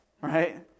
right